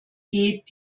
geht